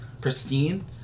pristine